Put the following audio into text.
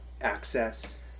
access